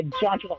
John